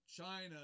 China